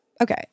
okay